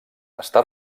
està